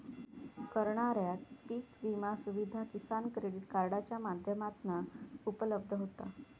करणाऱ्याक पीक विमा सुविधा किसान क्रेडीट कार्डाच्या माध्यमातना उपलब्ध होता